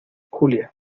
julia